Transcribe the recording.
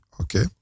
Okay